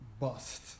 bust